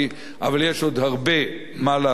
אבל יש עוד הרבה מה לעשות.